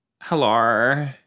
Hello